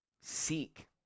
seek